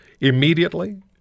immediately